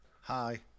hi